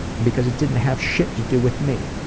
because it didn't have shit to do with me.